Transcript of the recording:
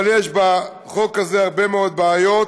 אבל יש בחוק הזה הרבה מאוד בעיות,